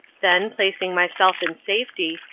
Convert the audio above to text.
then, placing myself in safety,